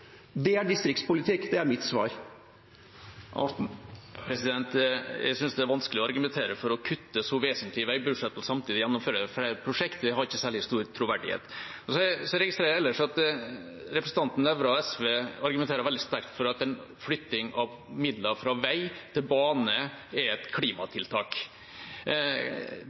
Det er distriktspolitikk. Det er mitt svar. Jeg synes det er vanskelig å argumentere for å kutte så vesentlig i veibudsjettet og samtidig gjennomføre flere prosjekter. Det har ikke særlig stor troverdighet. Så registrerer jeg ellers at representanten Nævra og SV argumenterer veldig sterkt for at en flytting av midler fra vei til bane er et klimatiltak.